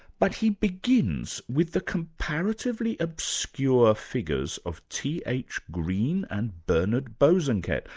but he begins with the comparatively obscure figures of t. h. green and bernard bosanquet,